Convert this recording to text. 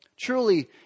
truly